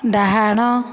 ଡାହାଣ